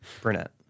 brunette